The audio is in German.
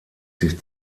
sich